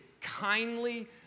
kindly